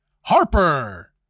Harper